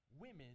women